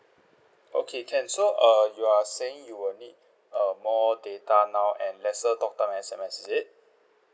okay can so err you are saying you will need uh more data now and lesser talk time and S_M_S is it